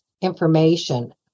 information